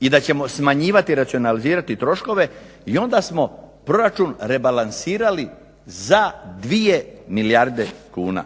i da ćemo smanjivati i racionalizirati troškove i onda smo proračun rebalansirali za 2 milijarde kuna.